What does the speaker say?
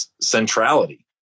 centrality